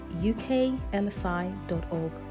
UKLSI.org